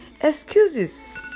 Excuses